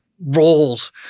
roles